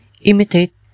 imitate